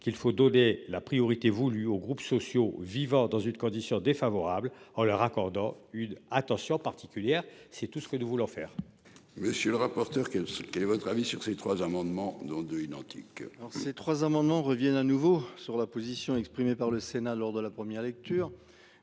qu'il faut donner la priorité voulu aux groupes sociaux vivant dans une condition défavorable en leur accordant une attention particulière. C'est tout ce que nous voulons faire. Monsieur le rapporteur, que ce. Quel est votre avis sur ces trois amendements, dont 2 identique. Alors ces trois amendements reviennent à nouveau sur la position exprimée par le Sénat, lors de la première lecture.